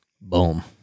Boom